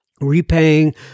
repaying